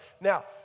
Now